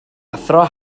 athro